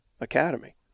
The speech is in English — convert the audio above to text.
academy